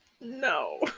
No